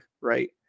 right